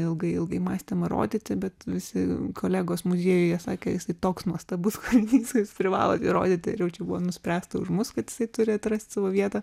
ilgai ilgai mąstėm ar rodyti bet visi kolegos muziejuje sakė jisai toks nuostabus kad jūs jį privalote rodyti ir jau čia buvo nuspręsta už mus kad jisai turi atrast savo vietą